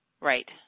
Right